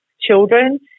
children